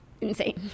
insane